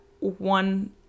one